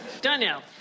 Danielle